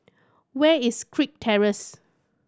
where is Kirk Terrace